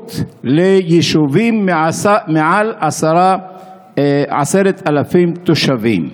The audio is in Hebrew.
הבגרות ליישובים מעל 10,000 תושבים.